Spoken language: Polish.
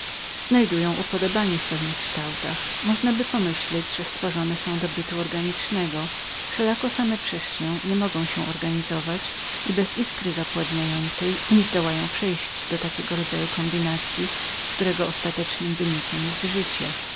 z innemi przybierają pewne kształty myślano by że stworzone są do bytu organicznego wszelako same przez się nie mogą się organizować i bez iskry zapładniającej nie zdołają przejść do innego rodzaju kombinacyi którego ostatecznym wypadkiem jest życie